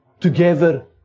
together